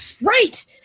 Right